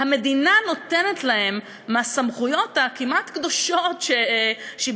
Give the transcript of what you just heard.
המדינה נותנת להם מהסמכויות הכמעט-קדושות שהיא